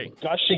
gushing